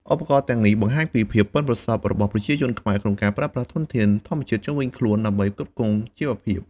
ឧបករណ៍ទាំងនេះបង្ហាញពីភាពប៉ិនប្រសប់របស់ប្រជាជនខ្មែរក្នុងការប្រើប្រាស់ធនធានធម្មជាតិជុំវិញខ្លួនដើម្បីផ្គត់ផ្គង់ជីវភាព។